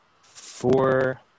four